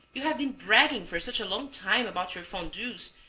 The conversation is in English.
you have been bragging for such a long time about your fondues,